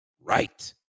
Right